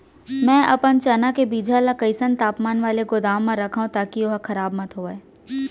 मैं अपन चना के बीजहा ल कइसन तापमान वाले गोदाम म रखव ताकि ओहा खराब मत होवय?